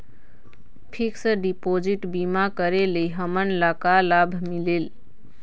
Fix deposit बीमा करे ले हमनला का लाभ मिलेल?